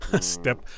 Step